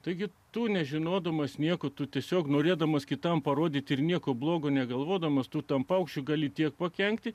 taigi tu nežinodamas nieko tu tiesiog norėdamas kitam parodyti ir nieko blogo negalvodamas tu tam paukščiui gali tiek pakenkti